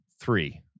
three